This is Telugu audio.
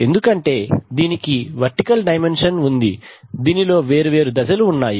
ఎందుకంటే దీనికి వర్టికల్ డైమన్షన్ ఉంది దీనిలో వేరువేరు దశలు ఉన్నాయి